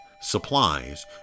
supplies